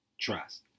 trust